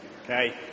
Okay